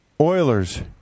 Oilers